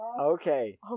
Okay